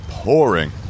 pouring